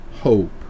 hope